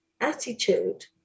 attitude